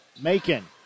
Macon